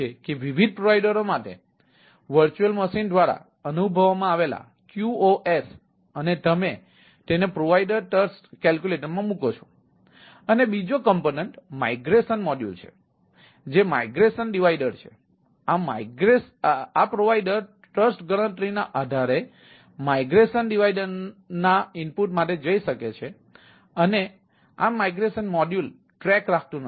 આ પ્રોવાઇડર ટ્રસ્ટગણતરીના આધારે માઇગ્રેશન ડિવાઇડરના ઇનપુટ માટે જઈ શકે છે અને આ માઇગ્રેશન મોડ્યુલ ટ્રેક રાખતું નથી